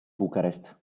bucarest